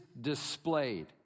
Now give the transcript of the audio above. displayed